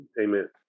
amen